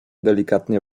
delikatnie